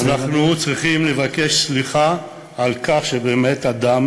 אנחנו צריכים לבקש סליחה על כך שבאמת הדם